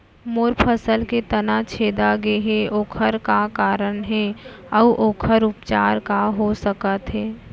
मोर फसल के तना छेदा गेहे ओखर का कारण हे अऊ ओखर उपचार का हो सकत हे?